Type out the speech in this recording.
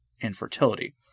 infertility